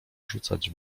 rzucać